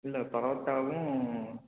இல்லை பரோட்டாவும்